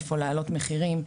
איפה להעלות מחירים,